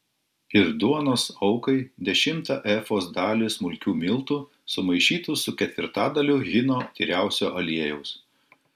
ir duonos aukai dešimtą efos dalį smulkių miltų sumaišytų su ketvirtadaliu hino tyriausio aliejaus